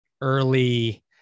early